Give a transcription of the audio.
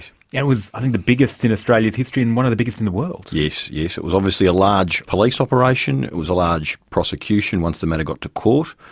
it was i think the biggest in australia's history and one of the biggest in the world. yes, it was obviously a large police operation, it was a large prosecution once the matter got to court,